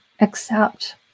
accept